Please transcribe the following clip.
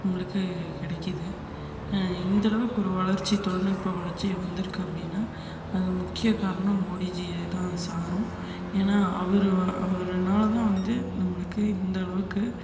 நம்மளுக்கு கிடைக்கிது இந்த அளவுக்கு ஒரு வளர்ச்சி தொழில்நுட்ப வளர்ச்சி வந்திருக்கு அப்படினா அது முக்கிய காரணம் மோடிஜியை தான் சாரும் ஏன்னால் அவரு அவருனால தான் வந்து நம்மளுக்கு இந்த அளவுக்கு